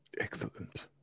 Excellent